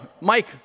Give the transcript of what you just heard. Mike